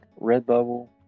Redbubble